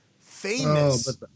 famous